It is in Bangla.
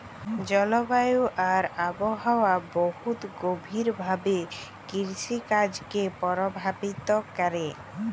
জলবায়ু আর আবহাওয়া বহুত গভীর ভাবে কিরসিকাজকে পরভাবিত ক্যরে